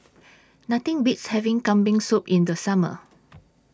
Nothing Beats having Kambing Soup in The Summer